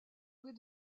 rez